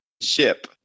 ship